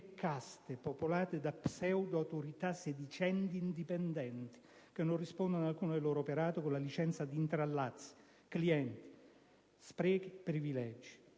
caste popolate da pseudo-autorità sedicenti indipendenti, che non rispondono ad alcuno del loro operato, con la licenza di intrallazzi, clienti, sprechi, privilegi.